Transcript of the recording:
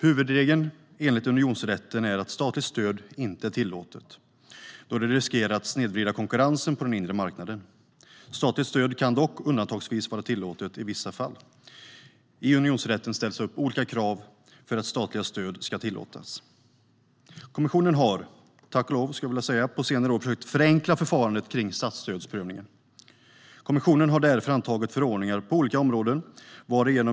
Huvudregeln enligt unionsrätten är att statligt stöd inte är tillåtet, då det riskerar att sned vrida konkurrensen på den inre marknaden. Statligt stöd kan dock undan tagsvis vara tillåtet i vissa fall. I unionsrätten ställs upp olika krav för att statliga stöd ska tillåtas." Kommissionen har, tack och lov, under senare år försökt förenkla förfarandet vid statsstödsprövningar och har därför antagit förordningar på olika områden.